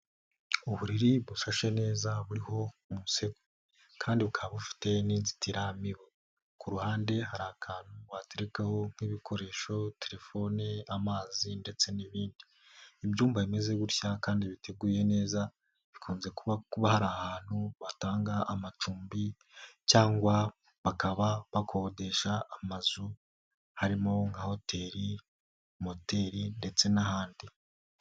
Uburiri bushashe neza buriho umusego kandi bukaba bufite n'inzitiramibu. Ku ruhande hari akantu waterekaho nk'ibikoresho telefone, amazi ndetse n'ibindi. Ibyumba bimeze gutya kandi biteguye neza bikunze kuba, kuba hari ahantu batanga amacumbi cyangwa bakaba bakodesha amazu harimo nka hoteri, moteri ndetse n'ahandi.